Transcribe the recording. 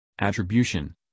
attribution